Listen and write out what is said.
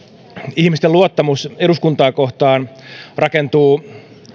ihmisten luottamus eduskuntaa kohtaan rakentuu